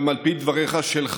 גם על פי דבריך שלך,